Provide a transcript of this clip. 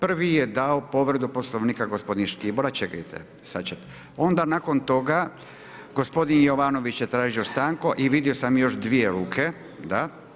Prvi je dao povredu Poslovnika gospodin Škibola, čekajte, sad ćemo, onda nakon toga, gospodin Jovanović je tražio stanku i vidio sam još 2 ruke, da.